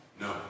No